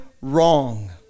wrong